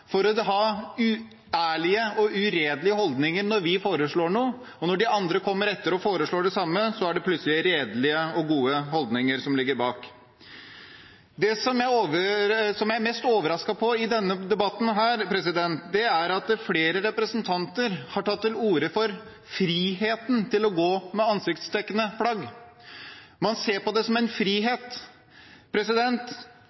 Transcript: for å ha uærlige og uredelige holdninger når vi foreslår noe. Når andre kommer etter og foreslår det samme, er det plutselig redelige og gode holdninger som ligger bak. Det som jeg er mest overrasket over i denne debatten, er at flere representanter har tatt til orde for «friheten» til å gå med ansiktsdekkende plagg. Man ser på det som en